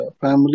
family